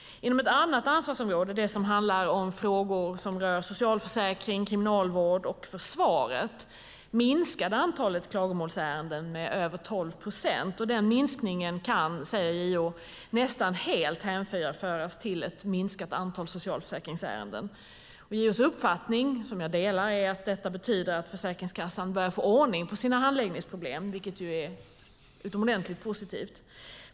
Inom ett annat ansvarsområde, det som handlar om frågor som rör socialförsäkring, kriminalvård och försvaret, minskade antalet klagomålsärenden med över 12 procent. Den minskningen kan, säger JO, nästan helt hänföras till ett minskat antal socialförsäkringsärenden. JO:s uppfattning, som jag delar, är att detta betyder att Försäkringskassan börjar få ordning på sina handläggningsproblem, vilket är utomordentligt positivt.